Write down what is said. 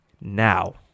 now